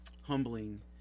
humbling